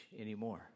anymore